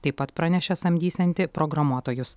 taip pat pranešė samdysianti programuotojus